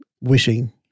wishing